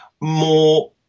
more